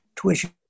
tuition